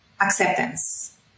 acceptance